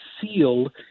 sealed